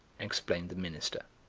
explained the minister.